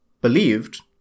believed